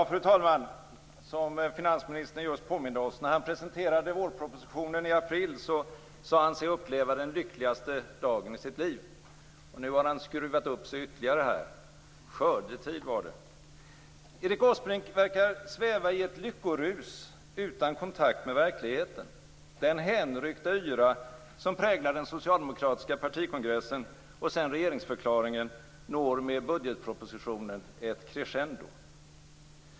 Fru talman! Som finansministern just påminde oss om sade han sig när han presenterade vårpropositionen i april uppleva den lyckligaste dagen i sitt liv. Nu har han skruvat upp sig ytterligare här - nu var det fråga om skördetid. Erik Åsbrink verkar sväva i ett lyckorus utan kontakt med verkligheten. Den hänryckta yra som präglade den socialdemokratiska partikongressen och sedan regeringsförklaringen når med budgetpropositionen ett crescendo.